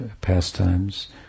pastimes